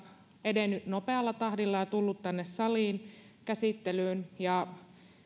edennyt nopealla tahdilla ja tullut tänne saliin käsittelyyn